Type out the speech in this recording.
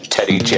Teddy